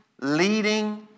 leading